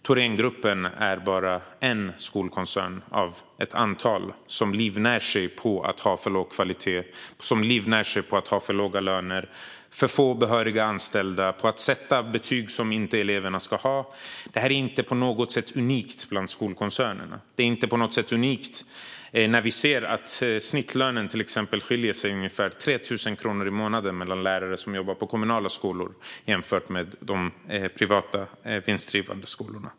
Thorengruppen är bara en skolkoncern av ett antal som livnär sig på att ha för låg kvalitet, för låga löner och för få behöriga anställda och på att sätta betyg som eleverna inte ska ha. Det här är inte på något sätt unikt bland skolkoncernerna. Till exempel skiljer sig snittlönen ungefär 3 000 kronor i månaden mellan lärare på kommunala skolor och lärare på de privata vinstdrivande skolorna.